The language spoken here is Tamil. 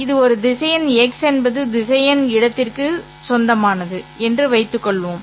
இது ஒரு திசையன் ́x என்பது திசையன் இடத்திற்கு θ சொந்தமானது என்று வைத்துக்கொள்வோம்